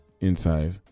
inside